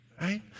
right